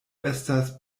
estas